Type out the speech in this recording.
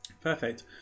Perfect